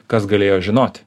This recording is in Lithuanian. kas galėjo žinot